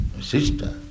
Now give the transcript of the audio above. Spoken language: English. sister